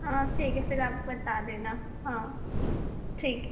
हाँ ठीक है फिर आप बता देना हाँ ठीक